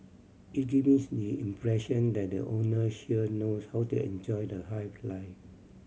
it give me impression that the owner sure knows how to enjoy the high life